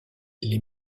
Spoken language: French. les